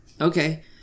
Okay